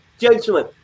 Gentlemen